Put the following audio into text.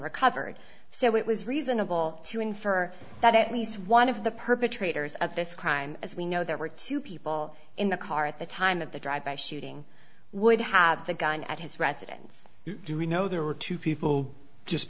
recovered so it was reasonable to infer that at least one of the perpetrators of this crime as we know there were two people in the car at the time of the drive by shooting would have the gun at his residence do we know there were two people just